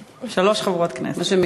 יש כאן כרגע אך ורק חברות כנסת באולם,